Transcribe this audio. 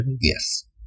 Yes